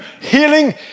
healing